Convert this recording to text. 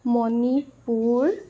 Manipur